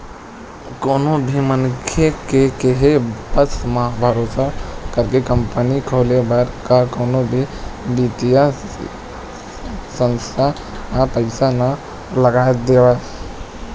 कोनो भी मनखे के केहे बस म, भरोसा करके कंपनी खोले बर का कोनो भी बित्तीय संस्था ह पइसा नइ लगा देवय